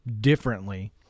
differently